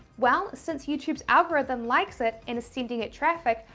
well, since youtube's algorithm likes it and is sending it traffic,